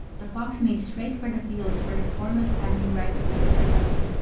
the fox made straight for the fields where the corn was standing ripe and ready for cutting.